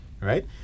Right